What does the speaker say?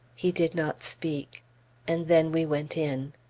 he did not speak and then we went in.